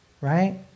right